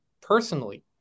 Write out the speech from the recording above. personally